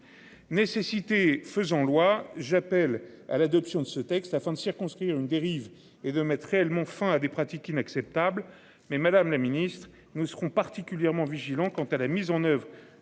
Nécessité faisant loi j'appelle à l'adoption de ce texte afin de circonscrire une dérive et de mettre réellement fin à des pratiques inacceptables mais Madame la Ministre nous serons particulièrement vigilants quant à la mise en oeuvre